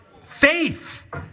faith